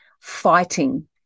fighting